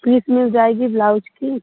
piece मिल जाएगी blouse की